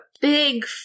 big